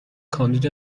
کاندید